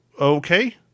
okay